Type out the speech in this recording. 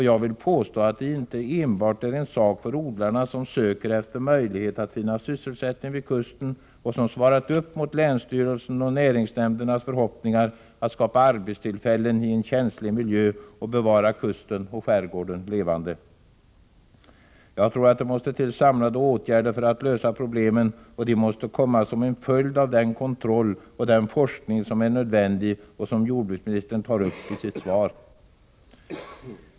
Jag vill påstå att det inte enbart är en sak för odlarna, som söker efter möjlighet att finna sysselsättning vid kusten och svarat upp mot länsstyrelsers och näringsnämndernas förhoppningar om att skapa arbetstillfällen i en känslig miljö samt bevara kusten och skärgården levande. Jag tror att det måste till samlade åtgärder för att lösa problemen. Dessa åtgärder måste komma som en följd av den nödvändiga kontroll och forskning som jordbruksministern tar upp i sitt svar.